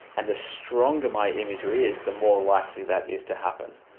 and the stronger my imagery is, the more likely that is to happen.